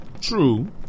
True